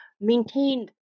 maintained